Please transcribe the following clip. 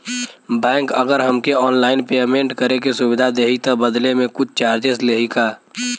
Bank अगर हमके online payment करे के सुविधा देही त बदले में कुछ चार्जेस लेही का?